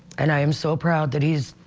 and i am so proud that he's.